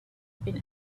been